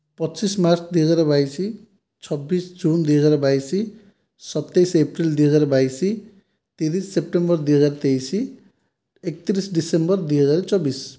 ପଚିଶ ମାର୍ଚ୍ଚ ଦୁଇ ହଜାର ବାଇଶ ଚବିଶ ଜୁନ ଦୁଇ ହଜାର ବାଇଶ ଶତେଇଶ ଏପ୍ରିଲ ଦୁଇ ହଜାର ବାଇଶ ତିରିଶ ସେପ୍ଟେମ୍ବର ଦୁଇ ହଜାର ତେଇଶ ଏକତିରିଶ ଡିସେମ୍ବର ଦୁଇ ହଜାର ଚବିଶ